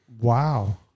Wow